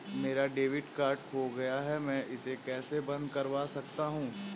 मेरा debit card खो गया है मैं इसे कैसे बंद करवा सकता हूँ?